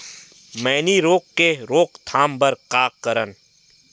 मैनी रोग के रोक थाम बर का करन?